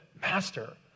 Master